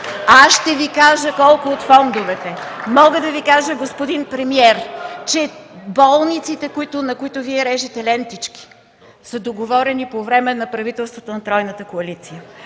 Аз ще Ви кажа колко от фондовете. Мога да Ви кажа, господин премиер, че болниците, на които Вие режете лентички, са договорени по време на правителството на тройната коалиция.